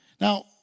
Now